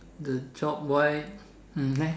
the job wise hmm let